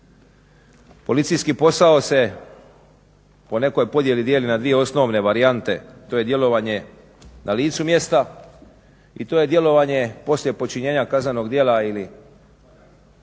Policijski posao se po nekoj podjeli dijeli na dvije osnovne varijante, to je djelovanje na licu mjesta i to je djelovanje poslije počinjenja kaznenog djela ili